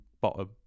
bottom